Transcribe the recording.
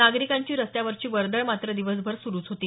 नागरिकांची रस्त्यावरची वर्दळ मात्र दिवसभर सुरूच होती